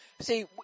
See